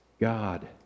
God